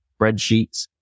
spreadsheets